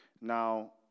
Now